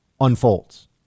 unfolds